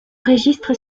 registre